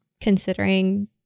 considering